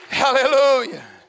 hallelujah